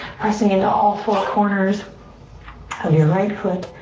pressing into all four corners of your right foot.